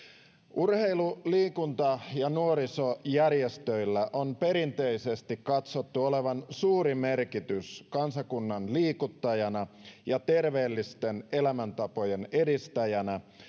urheilu liikunta ja nuorisojärjestöillä on perinteisesti katsottu olevan suuri merkitys kansakunnan liikuttajana ja terveellisten elämäntapojen edistäjänä